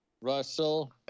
Russell